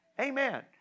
Amen